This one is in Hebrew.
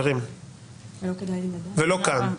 ולא כאן.